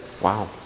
Wow